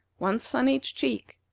once on each cheek,